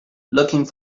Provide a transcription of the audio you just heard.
looking